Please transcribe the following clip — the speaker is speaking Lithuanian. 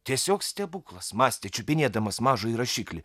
tiesiog stebuklas mąstė čiupinėdamas mažąjį rašiklį